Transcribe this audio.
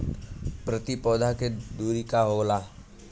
प्रति पौधे के दूरी का होला?